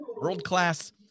world-class